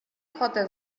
joaten